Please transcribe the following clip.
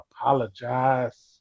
apologize